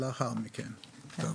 לאחר מכן, טוב.